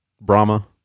Brahma